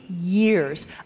years